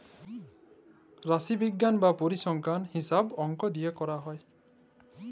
রাশিবিজ্ঞাল বা পরিসংখ্যাল হিছাবে অংক দিয়ে ক্যরা হ্যয়